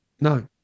no